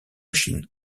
chine